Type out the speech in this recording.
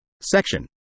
Section